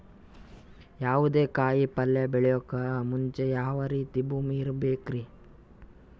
ಯಾವುದೇ ಕಾಯಿ ಪಲ್ಯ ಬೆಳೆಯೋಕ್ ಮುಂಚೆ ಯಾವ ರೀತಿ ಭೂಮಿ ಇರಬೇಕ್ರಿ?